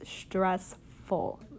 stressful